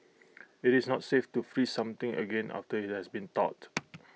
IT is not safe to freeze something again after IT has been thawed